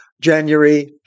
January